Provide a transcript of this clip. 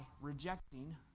rejecting